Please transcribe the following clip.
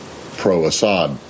pro-Assad